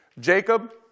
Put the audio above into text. Jacob